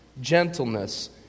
gentleness